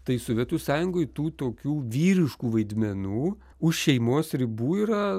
tai sovietų sąjungoj tų tokių vyriškų vaidmenų už šeimos ribų yra